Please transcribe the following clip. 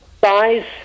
size